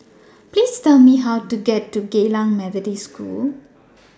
Please Tell Me How to get to Geylang Methodist School